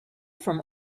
from